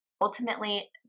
Ultimately